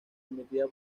emitida